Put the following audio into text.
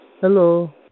Hello